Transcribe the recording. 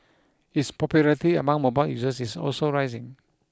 its popularity among mobile users is also rising